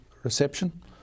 reception